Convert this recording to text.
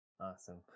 Awesome